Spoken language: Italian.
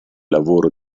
lavoro